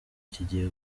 kigiye